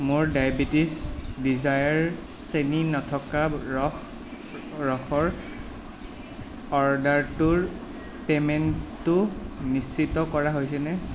মোৰ diabetes desire চেনি নথকা ৰস ৰসৰ অৰ্ডাৰটোৰ পে'মেণ্টটো নিশ্চিত কৰা হৈছেনে